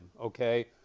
okay